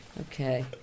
Okay